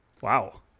Wow